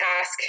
ask